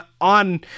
on